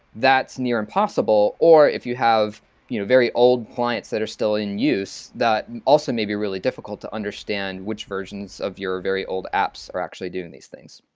that's near impossible, or if you have your you know very old clients that are still in use, that also may be really difficult to understand which versions of your very old apps are actually doing these things.